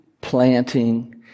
planting